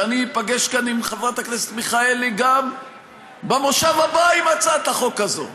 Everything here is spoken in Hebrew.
שאני איפגש כאן עם חברת הכנסת מיכאלי גם במושב הבא עם הצעת החוק הזאת,